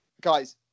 Guys